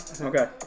Okay